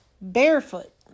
barefoot